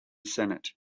senate